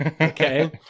Okay